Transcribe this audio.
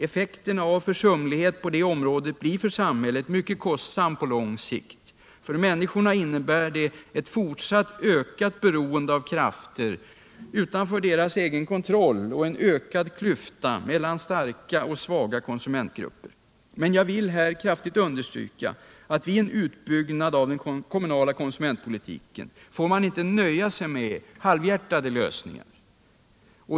Effekterna av försumlighet på detta område blir mycket kostsamma på lång sikt för samhället. För människorna innebär de ett fortsatt ökat beroende av krafter utanför deras kontroll och en ökad klyfta mellan starka och svaga konsumentgrupper. Men jag vill här kraftigt understryka att vid en utbyggnad av den kommunala konsumentpolitiken får man inte nöja sig med halvhjärtade lösningar.